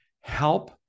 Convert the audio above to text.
Help